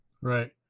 Right